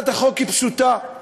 הצעת החוק היא פשוטה,